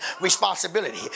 responsibility